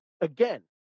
again